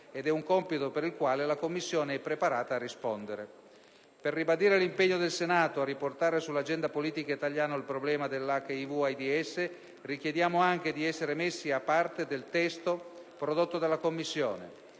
questo un compito per il quale la Commissione è preparata a rispondere. Per ribadire l'impegno del Senato a riportare nell'agenda politica italiana il problema dell'HIV/AIDS, noi richiediamo anche di essere messi a parte del testo prodotto dalla Commissione.